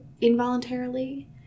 involuntarily